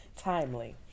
timely